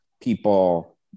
people